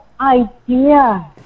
idea